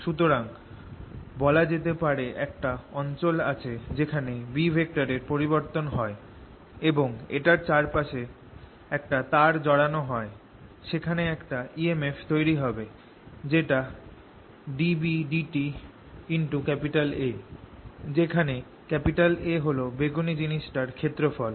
সুতরাং বলা যেতে পারে একটা অঞ্চল আছে যেখানে B এর পরিবর্তন হয় এবং এটার চার পাশে একটা তার জড়ান হয় সেখানে একটা EMF তৈরি হবে যেটা dBdtA যেখানে A হল বেগুনি জিনিসটার ক্ষেত্রফল